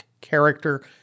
character